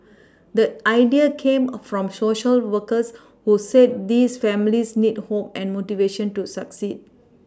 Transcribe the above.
the idea came from Social workers who said these families need hope and motivation to succeed